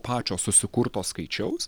pačios susikurto skaičiaus